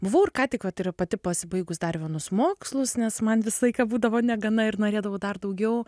buvau ir ką tik vat ir pati pasibaigus dar vienus mokslus nes man visą laiką būdavo negana ir norėdavau dar daugiau